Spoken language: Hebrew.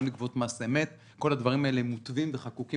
גם לגבות מס אמת כל הדברים האלה מותווים וחקוקים